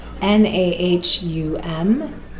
N-A-H-U-M